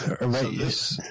Right